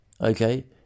Okay